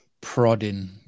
prodding